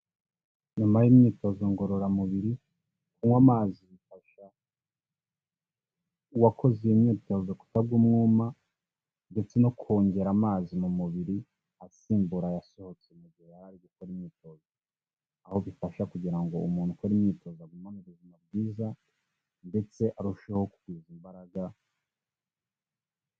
Inyuma y'imyitozo ngororamubiri, kuywa amazi bifasha uwakoze iyo myitozo kutagwa umwuma ndetse no kongera amazi mu mubiri asimbura ayasohotse mu gihe yari ari gukora imyitozo. Aho bifasha kugira ngo umuntu ukore imyitozo agumane ubuzima bwiza ndetse arusheho kugwiza imbaraga.